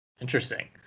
Interesting